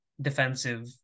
defensive